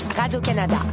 Radio-Canada